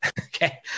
Okay